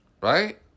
Right